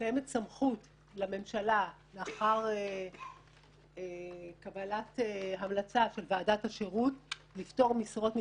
קיימת סמכות לממשלה לאחר קבלת המלצה של ועדת השירות לפטור משרות ממכרז,